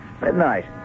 Midnight